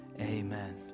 amen